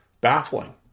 baffling